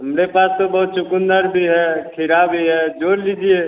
हमारे पास तो बहुत चुकन्दर भी है खीरा भी है जो लीजिए